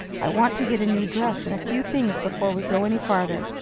i want to get a new dress and a few things before we go any farther.